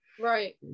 right